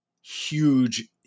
huge